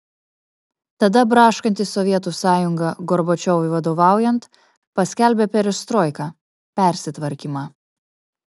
tada braškanti sovietų sąjunga gorbačiovui vadovaujant paskelbė perestroiką persitvarkymą